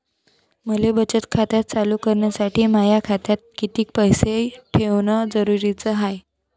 मले बचत खातं चालू ठेवासाठी माया खात्यात कितीक पैसे ठेवण जरुरीच हाय?